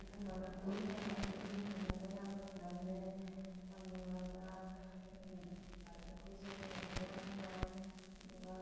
ꯏꯃꯨꯡ ꯃꯅꯨꯡ ꯄꯨꯟꯅ ꯑꯗꯨꯝ ꯌꯦꯡꯃꯤꯟꯅꯕ ꯌꯥꯕ ꯐꯤꯂꯝꯅꯦ ꯌꯥꯝ ꯅꯨꯡꯉꯥꯏꯕ ꯑꯩꯈꯣꯏꯁꯨ ꯌꯦꯡꯕꯗ ꯌꯥꯝ ꯅꯨꯡꯉꯥꯏ ꯑꯗꯨꯒ